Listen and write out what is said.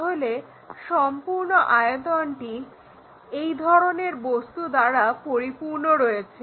তাহলে সম্পূর্ণ আয়তনটি এই ধরনের বস্তু দ্বারা পরিপূর্ণ রয়েছে